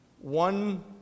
one